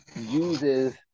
uses